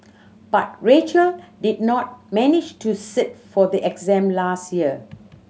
but Rachel did not manage to sit for the exam last year